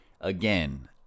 again